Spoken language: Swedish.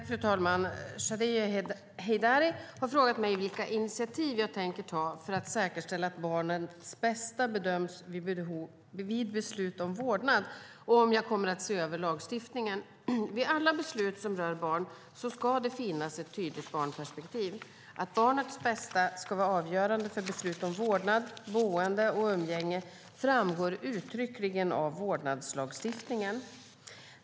Fru talman! Shadiye Heydari har frågat mig vilka initiativ jag tänker ta för att säkerställa att barnets bästa bedöms vid beslut om vårdnad och om jag kommer att se över lagstiftningen. Vid alla beslut som rör barn ska det finnas ett tydligt barnperspektiv. Att barnets bästa ska vara avgörande för beslut om vårdnad, boende och umgänge framgår uttryckligen av vårdnadslagstiftningen.